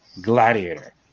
Gladiator